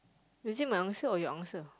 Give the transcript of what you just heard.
is it my answer or your answer